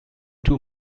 two